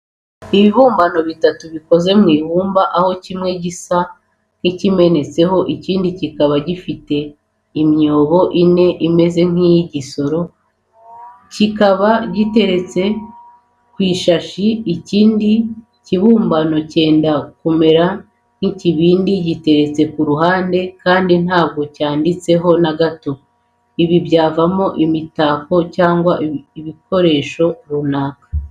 Ibibumbano bitatu bikoze mu ibumba aho kimwe gisa n'ikimenetseho, ikindi kikaba gifite imyobo ine imeze nk'iy'igisoro, kikaba giteretse ku ishashi. Ikindi kibumbano cyenda kumera nk'ikibindi giteretse ku ruhande kandi ntabwo cyandiritse na gato. Ibi byavamo imitako cyangwa ibikoresho runaka.